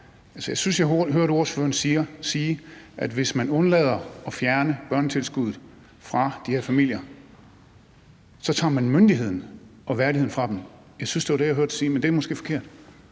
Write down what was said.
Jeg synes, jeg hørte ordføreren sige, at hvis man undlader at fjerne børnetilskuddet fra de her familier, tager man myndigheden og værdigheden fra dem. Jeg syntes, det var det, jeg hørte dig sige, men det er måske forkert.